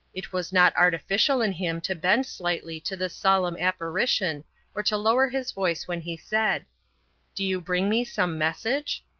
it was not artificial in him to bend slightly to this solemn apparition or to lower his voice when he said do you bring me some message?